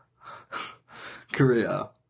Korea